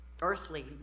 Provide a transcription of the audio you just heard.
earthly